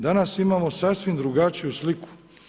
Danas imamo sasvim drugačiju sliku.